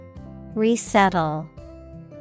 Resettle